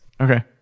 okay